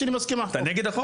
אתה נגד החוק?